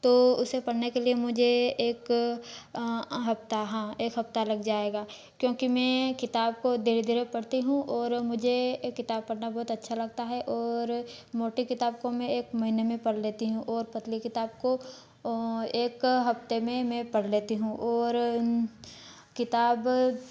तो उसे पढ़ने के लिए मुझे एक हफ्ता हाँ एक हफ्ता लग जाएगा क्योंकि मैं किताब को धीरे धीरे पढ़ती हूँ और मुझे ए किताब पड़ना बहुत अच्छा लगता है और मोटी किताब को मैं एक महीने में पढ़ लेती हूँ और पतली किताब को एक हफ्ते में मैं पढ़ लेती हूँ और किताब